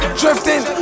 drifting